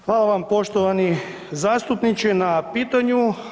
Hvala vam poštovani zastupniče na pitanju.